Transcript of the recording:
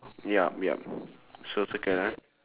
yup yup so circle ah